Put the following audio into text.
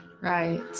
Right